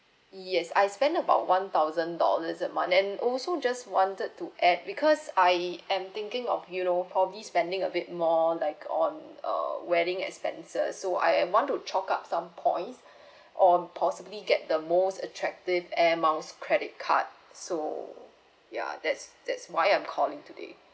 yes I spent about one thousand dollars a month and also just wanted to add because I am thinking of you know probably spending a bit more like on a wedding expenses so I want to choke up some points or possibly get the most attractive air miles credit card so ya that's that's why I'm calling today